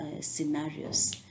scenarios